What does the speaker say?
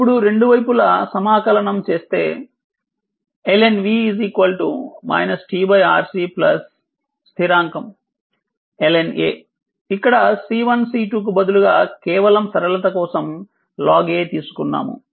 ఇప్పుడు రెండు వైపులా సమాకలనం చేస్తే ln t RC స్థిరాంకం ln ఇక్కడ C1 C2 కు బదులుగా కేవలం సరళత కోసం ln తీసుకున్నాము